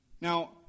Now